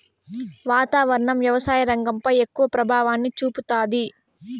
వాతావరణం వ్యవసాయ రంగంపై ఎక్కువ ప్రభావాన్ని చూపుతాది